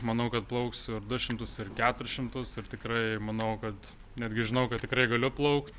manau kad plauksiu ir du šimtus ir keturis šimtus ir tikrai manau kad netgi žinau kad tikrai galiu plaukt